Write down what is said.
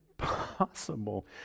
Possible